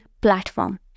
platform